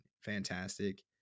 fantastic